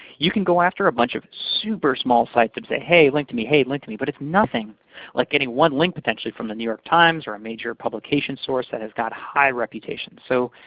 you can go after a bunch of super small sites and say, hey, link to me. hey, link to me. but it's nothing like getting one link, potentially, from the new york times or a major publication source that has got high reputation. so